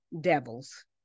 Devils